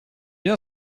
bien